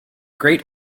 great